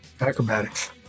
acrobatics